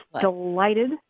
delighted